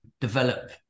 develop